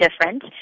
different